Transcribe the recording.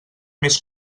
més